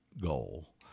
goal